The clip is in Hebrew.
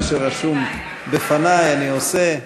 מה שרשום בפני אני עושה.